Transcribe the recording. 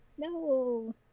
No